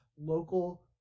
local